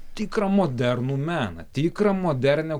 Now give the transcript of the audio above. tikrą modernų meną tikrą modernią